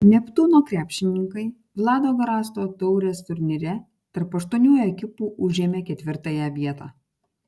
neptūno krepšininkai vlado garasto taurės turnyre tarp aštuonių ekipų užėmė ketvirtąją vietą